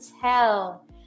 tell